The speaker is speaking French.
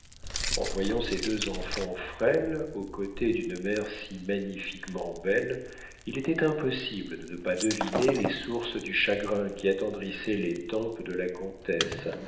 en voyant ces deux enfants frêles aux côtés d'une mère si magnifiquement belle il était impossible de ne pas deviner les sources du chagrin qui attendrissait les tempes de la comtesse